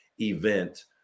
event